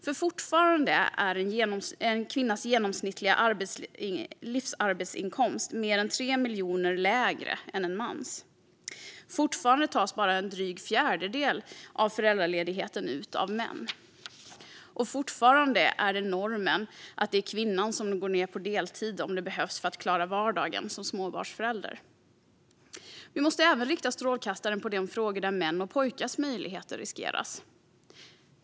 Fortfarande är en kvinnas genomsnittliga livsarbetsinkomst mer än 3 miljoner kronor lägre än en mans, fortfarande tas bara en dryg fjärdedel av föräldraledigheten ut av män och fortfarande är normen att det är kvinnan som går ned på deltid om det behövs för att klara vardagen som småbarnsförälder. Vi måste även rikta strålkastaren på de frågor där mäns och pojkars möjligheter riskeras.